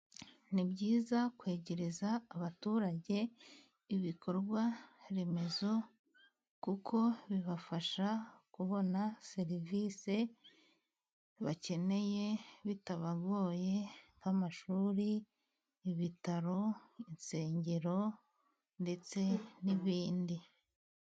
Ni byiza kwegereza abaturage ibikorwaremezo kuko bibafasha kubona serivisi bakeneye bitabagoye. Nk' amashuri, ibitaro, insengero ndetse n'ibindi.